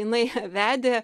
jinai vedė